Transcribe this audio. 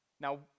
Now